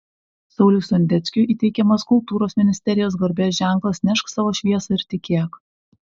sauliui sondeckiui įteikiamas kultūros ministerijos garbės ženklas nešk savo šviesą ir tikėk